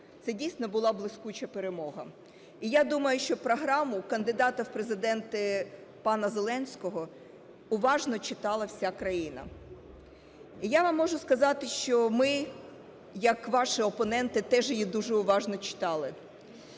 Це дійсно була блискуча перемога. І я думаю, що програму кандидата в Президенти пана Зеленського уважно читала вся країна. Я вам можу сказати, що ми як ваші опоненти теж її дуже уважно читали.